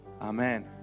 Amen